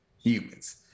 humans